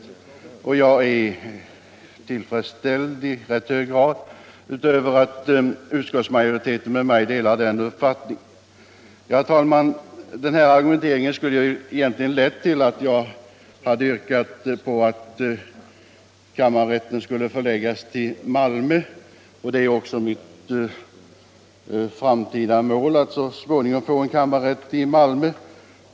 Jag är i rätt hög grad tillfredsställd över att utskottsmajoriteten med mig delar den uppfattningen. Herr talman! Min argumentering skulle egentligen ha lett till att jag yrkade att kammarrätten skulle förläggas till Malmö. Mitt mål är också att vi så småningom får en kammarrätt i Malmö.